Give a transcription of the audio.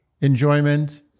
enjoyment